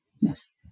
Yes